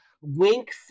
Wink